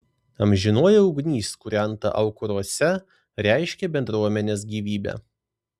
amžinoji ugnis kūrenta aukuruose reiškė bendruomenės gyvybę